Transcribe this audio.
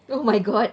oh my god